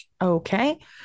Okay